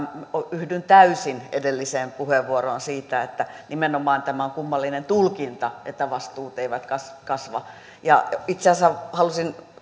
yhdyn täysin edelliseen puheenvuoroon siitä että nimenomaan tämä on kummallinen tulkinta että vastuut eivät kasva kasva itse asiassa halusin